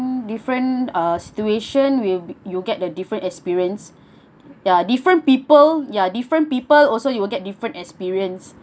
different uh situation will you'll get a different experience ya different people ya different people also you will get different experience